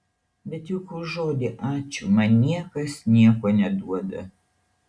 bet juk už žodį ačiū man niekas nieko neduoda